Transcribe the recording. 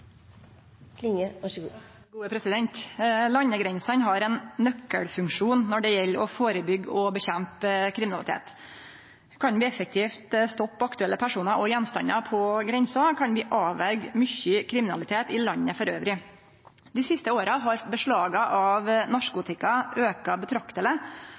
Landegrensene har ein nøkkelfunksjon når det gjeld å førebyggje og kjempe mot kriminalitet. Kan vi effektivt stoppe aktuelle personar og gjenstandar på grensa, kan vi avverje mykje kriminalitet elles i landet. Dei siste åra har beslaga av